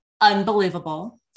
unbelievable